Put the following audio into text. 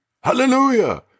Hallelujah